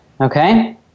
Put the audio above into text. okay